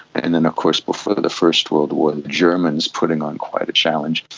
and then of course before the first world war the germans putting on quite a challenge.